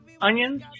onions